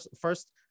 first